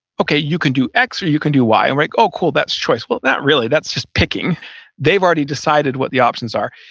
okay, you can do x or you can do y. i'm like, oh cool, that's choice. but not really, that's just picking they've already decided what the options are,